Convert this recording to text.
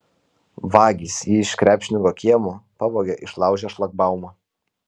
vagys jį iš krepšininko kiemo pavogė išlaužę šlagbaumą